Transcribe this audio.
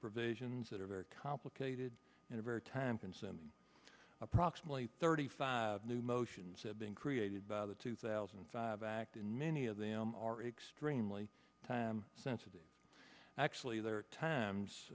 provisions that are very complicated in a very time consuming approximately thirty five new motions have been created by the two thousand and five act and many of them are extremely time sensitive actually there are